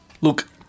Look